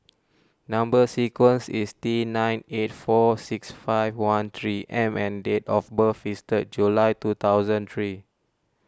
Number Sequence is T nine eight four six five one three M and date of birth is third July two thousand three